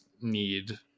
need